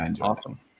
Awesome